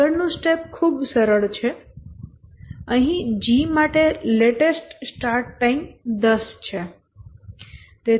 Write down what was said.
આગળ નું સ્ટેપ ખૂબ સરળ છે અહીં G માટે લેટેસ્ટ સ્ટાર્ટ ટાઈમ 10 છે